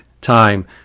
time